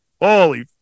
holy